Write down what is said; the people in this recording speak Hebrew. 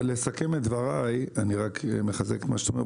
לסכם את דבריי, אני רק מחזק את מה שאתה אומר.